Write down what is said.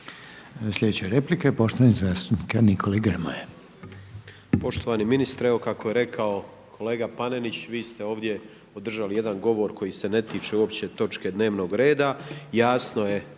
Sljedeća replika je poštovanog zastupnika Nikole Grmoje.